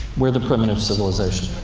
we're the primitive civilization.